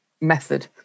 method